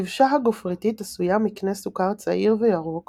הדבשה הגופריתית עשויה מקנה סוכר צעיר וירוק